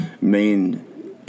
main